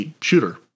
shooter